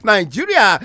Nigeria